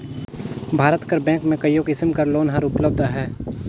भारत कर बेंक में कइयो किसिम कर लोन हर उपलब्ध अहे